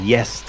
Yes